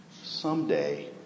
someday